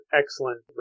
excellent